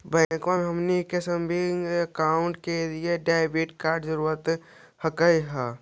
बैंकवा मे हमनी के करेंट या सेविंग अकाउंट के लिए डेबिट कार्ड जारी कर हकै है?